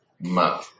Ma